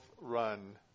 run